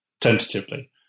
tentatively